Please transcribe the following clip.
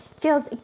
feels